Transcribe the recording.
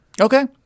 Okay